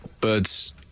birds